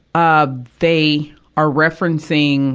um they are referencing